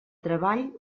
treball